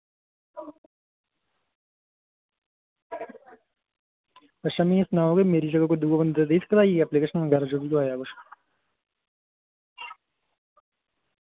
अच्छा मि एह् सनाओ कि मेरी जगह कोई दूआ बंदा देई सकदा आइयै ऐपलीकेशन बगैरा जो बी दोआया कुछ